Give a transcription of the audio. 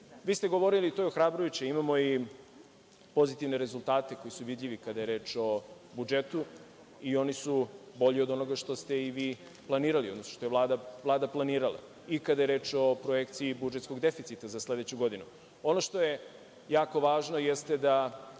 ste govorili, to je ohrabrujuće, imamo i pozitivne rezultate koji su vidljivi kada je reč o budžetu i oni su bolji od onoga što ste vi planirali, odnosno što je Vlada planirala i kada je reč o projekciji budžetskog deficita za sledeću godinu. Ono što je jako važno jeste da